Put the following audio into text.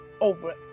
over